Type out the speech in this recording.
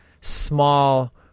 small